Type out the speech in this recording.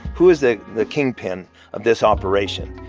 who is the the kingpin of this operation?